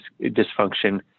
dysfunction